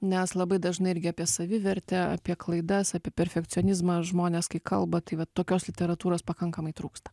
nes labai dažnai irgi apie savivertę apie klaidas apie perfekcionizmą žmonės kai kalba tai va tokios literatūros pakankamai trūksta